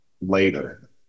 later